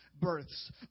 births